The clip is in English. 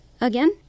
again